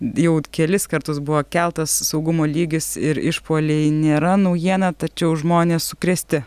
jau kelis kartus buvo keltas saugumo lygis ir išpuoliai nėra naujiena tačiau žmonės sukrėsti